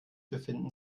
befinden